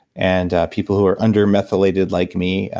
and people who are under methylated like me,